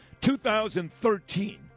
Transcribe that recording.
2013